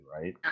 Right